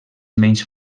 menys